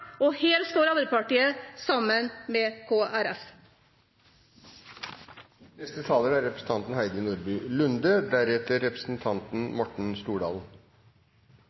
og her står Arbeiderpartiet sammen med